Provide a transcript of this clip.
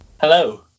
Hello